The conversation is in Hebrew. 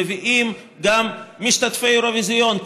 מביאים גם משתתפי אירוויזיון.